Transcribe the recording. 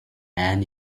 and